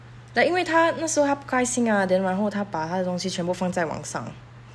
like 因为她那时候她不开心 ah then 然后她把她的东西全部放在网上